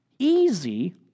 Easy